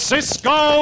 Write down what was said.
Cisco